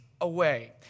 away